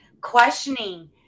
questioning